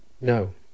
No